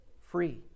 free